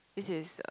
this is